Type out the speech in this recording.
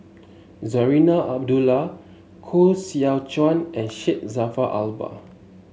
Zarinah Abdullah Koh Seow Chuan and Syed Jaafar Albar